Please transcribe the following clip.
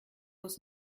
was